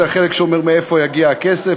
זה החלק שאומר מאיפה יגיע הכסף.